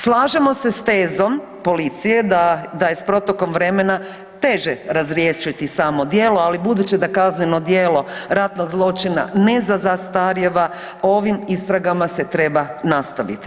Slažemo se s tezom policije da, da je s protokom vremena teže razriješiti samo djelo, ali budući da kazneno djelo ratnog zločina ne zastarijeva ovim istragama se treba nastaviti.